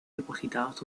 depositados